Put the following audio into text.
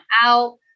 out